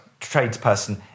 tradesperson